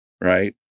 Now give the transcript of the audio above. right